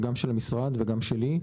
גם של המשרד וגם שלי.